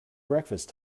breakfast